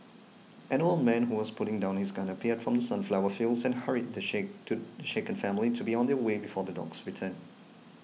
an old man who was putting down his gun appeared from the sunflower fields and hurried the shaken to shaken family to be on their way before the dogs return